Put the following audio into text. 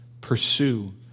pursue